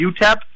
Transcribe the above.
UTEP